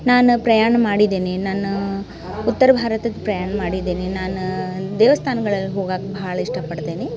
ನಾನು ಪ್ರಯಾಣ ಮಾಡಿದ್ದೀನಿ ನಾನು ಉತ್ತರ ಭಾರತಕ್ಕೆ ಪ್ರಯಾಣ ಮಾಡಿದ್ದೀನಿ ನಾನು ದೇವಸ್ಥಾನ್ಗಳಲ್ಲಿ ಹೋಗಕ್ಕ ಭಾಳ ಇಷ್ಟಪಡ್ತೀನಿ